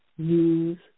use